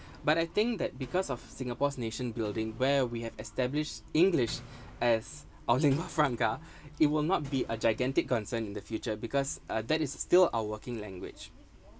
but I think that because of singapore's nation building where we have established english as our lingua franca it will not be a gigantic concern in the future because uh that is still our working language